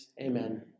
Amen